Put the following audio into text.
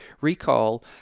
recall